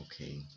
Okay